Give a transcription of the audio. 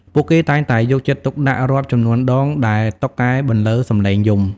ពួកគេតែងតែយកចិត្តទុកដាក់រាប់ចំនួនដងដែលតុកែបន្លឺសំឡេងយំ។